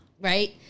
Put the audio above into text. Right